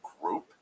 group